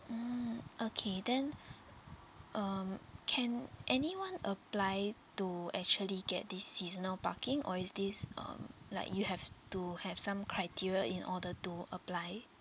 mm okay then um can anyone apply to actually get the seasonal parking or is this um like you have to have some criteria in order to apply